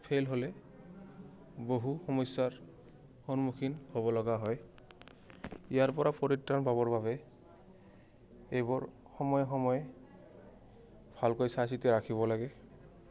fail হ'লে বহু সমস্যাৰ সন্মুখীন হ'ব লগা হয় ইয়াৰ পৰা পৰিত্ৰাণ পাবৰ বাবে এইবোৰ সময়ে সময়ে ভালকৈ চাই চিতি ৰাখিব লাগে